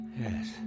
Yes